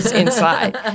inside